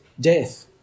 death